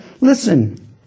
listen